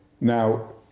Now